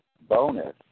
bonus